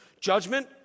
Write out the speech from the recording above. judgment